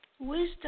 Wisdom